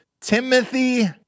Timothy